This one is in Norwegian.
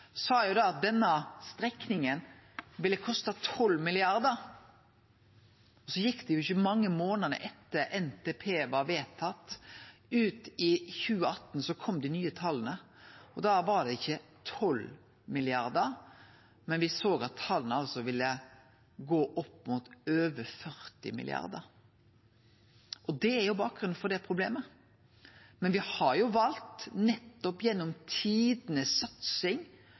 sa at denne strekninga ville koste 12 mrd. kr. Så gjekk det ikkje mange månadene etter at NTP var vedtatt, før dei nye tala kom i 2020. Da var det ikkje 12 mrd. kr, men me såg at tala ville gå opp mot over 40 mrd. kr. Det er bakgrunnen for problemet. Men me har valt, nettopp gjennom tidenes satsing,